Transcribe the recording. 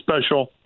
special